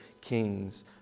kings